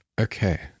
Okay